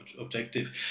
objective